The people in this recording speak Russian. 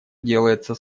делается